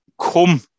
come